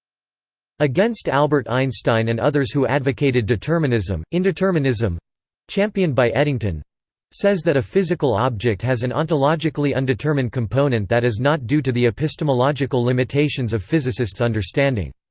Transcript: against albert einstein and others who advocated determinism, indeterminism championed by eddington says that a physical object has an ontologically undetermined component that is not due to the epistemological limitations of physicists' understanding.